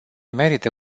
merită